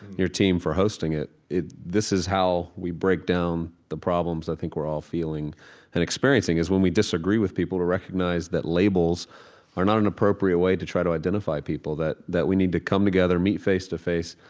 your team, for hosting it it this is how we break down the problems i think we're all feeling and experiencing is when we disagree with people who recognize that labels are not an appropriate way to try to identify people, that that we need to come together, meet face to face,